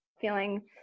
feeling